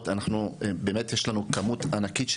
עכשיו במחלקה שלי בת 80 ועוד אחת בת 88 שהגיעו